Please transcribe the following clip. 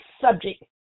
subject